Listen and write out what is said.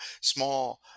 small